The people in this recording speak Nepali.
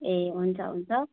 ए हुन्छ हुन्छ